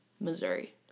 Missouri